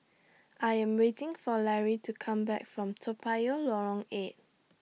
I Am waiting For Larry to Come Back from Toa Payoh Lorong eight